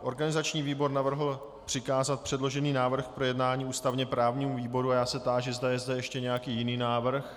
Organizační výbor navrhl přikázat předložený návrh k projednání ústavněprávnímu výboru a já se táži, zda je zde ještě nějaký jiný návrh.